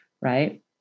right